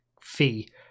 fee